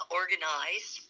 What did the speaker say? organize